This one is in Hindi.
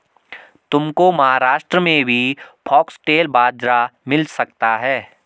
तुमको महाराष्ट्र में भी फॉक्सटेल बाजरा मिल सकता है